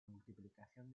multiplicación